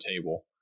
table